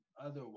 otherwise